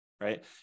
right